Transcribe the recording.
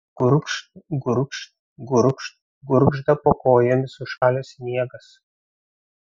gurgžt gurgžt gurgžt gurgžda po kojomis sušalęs sniegas